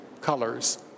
colors